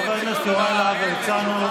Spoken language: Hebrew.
חבר הכנסת יוראי להב הרצנו,